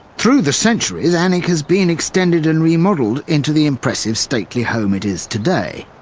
through the centuries, alnwick has been extended and remodelled into the impressive stately home it is today.